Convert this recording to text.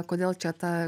kodėl čia ta